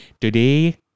Today